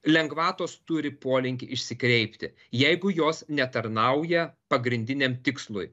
lengvatos turi polinkį išsikreipti jeigu jos netarnauja pagrindiniam tikslui